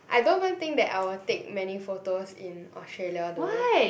I don't even think that I will take many photos in Australia though